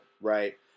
Right